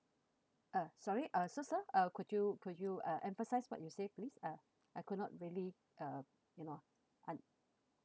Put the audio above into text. uh sorry uh so sir uh could you could you uh emphasise what you say please uh I could not really uh you know unde~